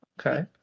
Okay